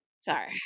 Sorry